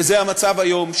וזה המצב היום,